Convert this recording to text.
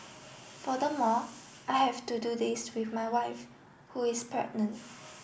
furthermore I have to do this with my wife who is pregnant